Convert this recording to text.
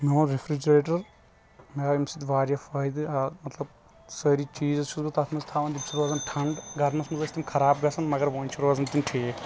مےٚ اوٚن رِفرِجریٹَر مےٚ آو امہِ سۭتۍ واریاہ فٲید آو مطلب سٲری چیٖز چُھس بہٕ تتھ منٛز تھاوان تم چھِ روزان ٹھنڈ گرمَس منٛز آسہِ تِم خراب گژھان مگر وۄنۍ چھِ روزان تمِ ٹھیٖک